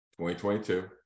2022